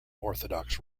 orthodox